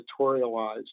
editorialized